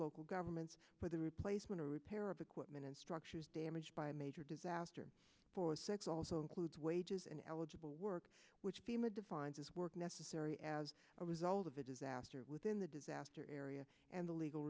local governments with a replacement or repair of equipment and structures damaged by a major disaster for sex also includes wages and eligible work which fema defines as work necessary as a result of a disaster within the disaster area and the legal